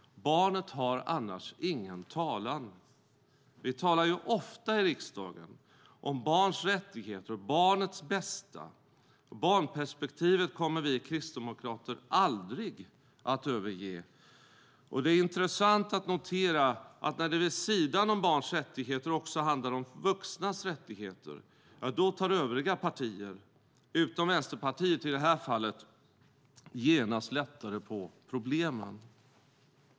Barnet har annars ingen talan. Vi talar ju ofta i riksdagen om barns rättigheter och barnets bästa. Barnperspektivet kommer vi kristdemokrater aldrig att överge. Det är intressant att notera att när det vid sidan om barns rättigheter också handlar om vuxnas rättigheter tar övriga partier, utom Vänsterpartiet i det här fallet, genast lättare på problemen.